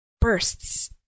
bursts